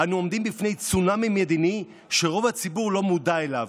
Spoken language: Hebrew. "אנו עומדים בפני צונאמי מדיני שרוב הציבור לא מודע אליו.